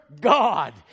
God